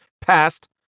passed